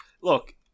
Look